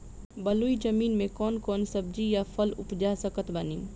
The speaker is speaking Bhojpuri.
बलुई जमीन मे कौन कौन सब्जी या फल उपजा सकत बानी?